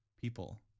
people